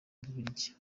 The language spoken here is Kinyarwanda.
bubiligi